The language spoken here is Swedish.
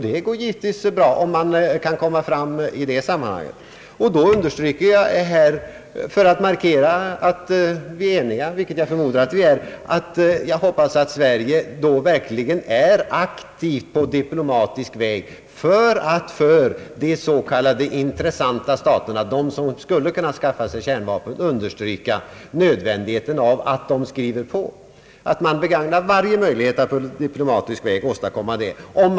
Det är givetvis bra om man kan komma fram på den vägen. För att markera att vi är eniga, vilket jag förmodar att vi är, understryker jag att jag hoppas att Sverige då verkligen är aktivt på diplomatisk väg när det gäller att för de s.k. intressanta staterna, dvs. de som skulle kunna skaffa sig kärnvapen, understryka nödvändigheten av att de skriver på. Man bör begagna varje möjlighet att på diplomatisk väg åstadkomma detta.